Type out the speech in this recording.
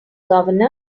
governor